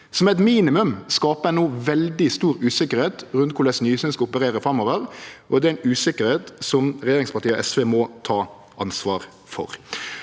Som eit minimum skaper ein no veldig stor usikkerheit rundt korleis Nysnø skal operere framover, og det er ei usikkerheit som regjeringspartia og SV må ta ansvar for.